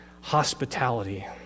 hospitality